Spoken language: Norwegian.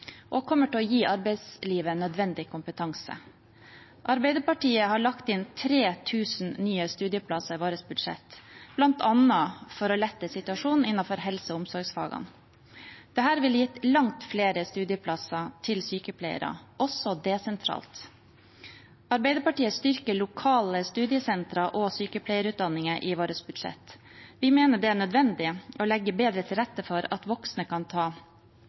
og kommer til å gi arbeidslivet nødvendig kompetanse. Arbeiderpartiet har lagt inn 3 000 nye studieplasser i sitt budsjett, bl.a. for å lette situasjonen innenfor helse- og omsorgsfagene. Dette ville gitt langt flere studieplasser til sykepleiere, også desentralt. Arbeiderpartiet styrker lokale studiesentre og sykepleierutdanninger i sitt budsjett. Vi mener det er nødvendig å legge bedre til rette for at voksne kan ta